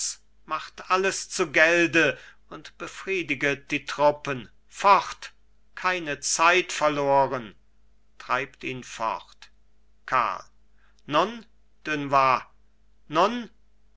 macht alles zu gelde und befriediget die truppen fort keine zeit verloren treibt ihn fort karl nun dunois nun